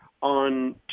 On